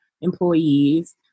employees